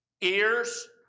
ears